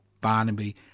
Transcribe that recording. Barnaby